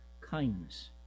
kindness